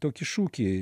tokį šūkį